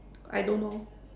I don't know